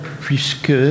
puisque